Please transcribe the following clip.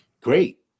great